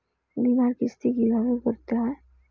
বিমার কিস্তি কিভাবে করতে হয়?